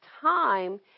time